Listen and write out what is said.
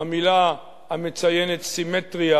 המלה המציינת סימטריה: